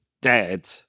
dead